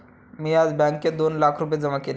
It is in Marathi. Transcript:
मी आज बँकेत दोन लाख रुपये जमा केले